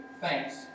thanks